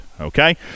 okay